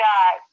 God